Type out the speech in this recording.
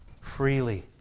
freely